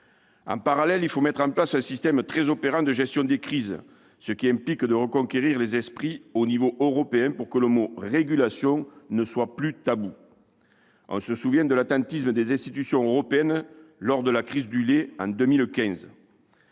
En parallèle, il faut mettre en place un système très opérant de gestion des crises, ce qui implique de reconquérir les esprits au niveau européen pour que le mot « régulation » ne soit pas tabou. On se souvient de l'attentisme des institutions européennes lors de la crise du lait en 2015.